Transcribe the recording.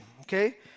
okay